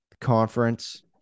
conference